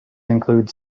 include